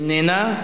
היא איננה.